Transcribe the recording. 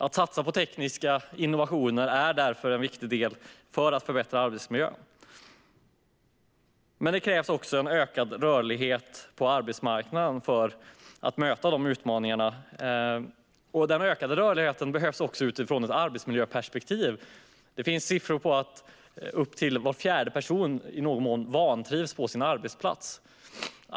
Att satsa på tekniska innovationer är därför en viktig del för att förbättra arbetsmiljön. Det krävs också en ökad rörlighet på arbetsmarknaden för att möta utmaningarna. Den ökade rörligheten behövs också utifrån ett arbetsmiljöperspektiv. Det finns siffror på att uppemot var fjärde person i någon mån vantrivs på sin arbetsplats.